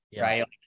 right